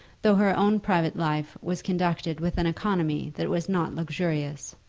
though her own private life was conducted with an economy that was not luxurious.